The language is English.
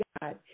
God